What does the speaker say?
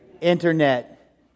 Internet